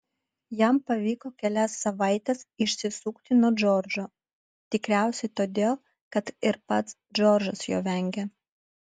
jam pavyko kelias savaites išsisukti nuo džordžo tikriausiai todėl kad ir pats džordžas jo vengė